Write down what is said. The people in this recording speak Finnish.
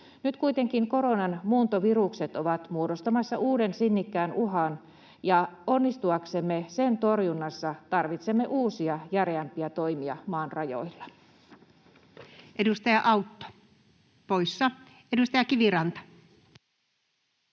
Nyt kuitenkin koronan muuntovirukset ovat muodostamassa uuden sinnikkään uhan, ja onnistuaksemme sen torjunnassa tarvitsemme uusia, järeämpiä toimia maan rajoilla. [Speech 58] Speaker: Anu Vehviläinen